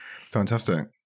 Fantastic